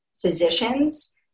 physicians